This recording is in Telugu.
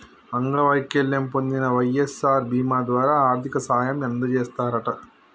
అంగవైకల్యం పొందిన వై.ఎస్.ఆర్ బీమా ద్వారా ఆర్థిక సాయం అందజేస్తారట